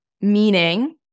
meaning